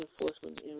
enforcement